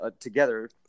together